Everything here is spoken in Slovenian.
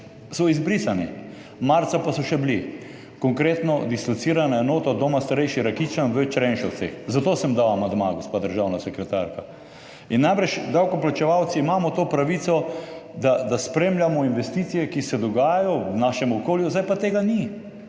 so izbrisani. Marca pa so še bili, konkretno dislocirana enota Doma starejših Rakičan v Črenšovcih. Zato sem dal amandma, gospa državna sekretarka. In najbrž davkoplačevalci imamo to pravico, da spremljamo investicije, ki se dogajajo v našem okolju, zdaj pa tega ni.